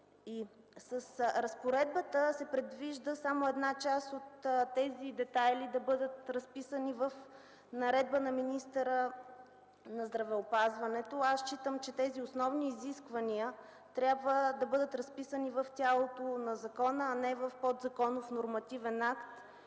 С разпоредбата се предвижда само една част от тези детайли да бъдат разписани в наредба на министъра на здравеопазването. Аз считам, че тези основни изисквания трябва да бъдат разписани в тялото на закона, а не в подзаконов нормативен акт,